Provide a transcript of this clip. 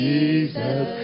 Jesus